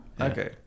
Okay